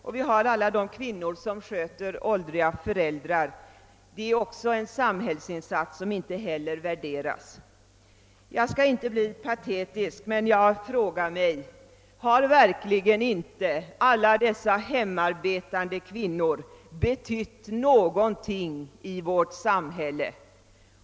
Vidare har vi alla de kvinnor som sköter åldriga föräldrar — det är också en samhällsinsats som inte värderas. Jag skall inte bli patetisk, men jag frågar mig, om verkligen inte alla dessa hemmaarbetande kvinnor har betytt någonting i vårt samhälle.